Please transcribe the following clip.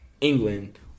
England